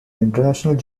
international